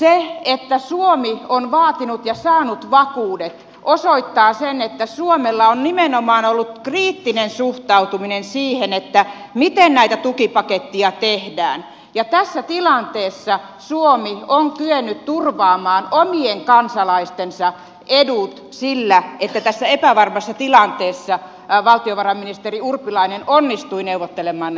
se että suomi on vaatinut ja saanut vakuudet osoittaa sen että suomella on nimenomaan ollut kriittinen suhtautuminen siihen miten näitä tukipaketteja tehdään ja tässä tilanteessa suomi on kyennyt turvaamaan omien kansalaistensa edut sillä että tässä epävarmassa tilanteessa valtiovarainministeri urpilainen onnistui neuvottelemaan nämä vakuudet